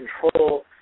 control